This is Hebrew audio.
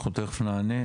אנחנו תכף נענה.